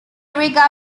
rica